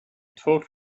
talked